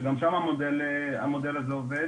וגם בהם המודל הזה עובד